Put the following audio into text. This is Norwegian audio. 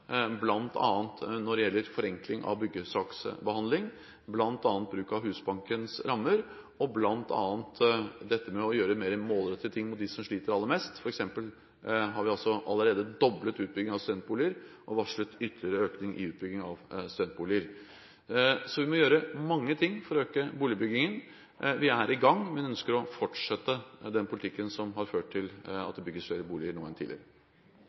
når det gjelder forenkling av byggesaksbehandling, bruk av Husbankens rammer og dette med å gjøre mer målrettede ting mot dem som sliter aller mest. Vi har f.eks. allerede doblet utbyggingen av studentboliger og varslet ytterligere økning i utbyggingen av dem. Vi må gjøre mange ting for å øke boligbyggingen. Vi er i gang, men ønsker å fortsette den politikken som har ført til at det bygges flere boliger nå enn tidligere.